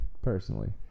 Personally